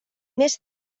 més